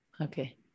okay